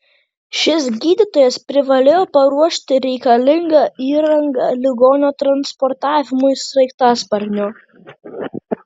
šis gydytojas privalėjo paruošti reikalingą įrangą ligonio transportavimui sraigtasparniu